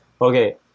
okay